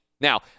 Now